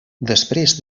després